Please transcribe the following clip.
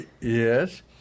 Yes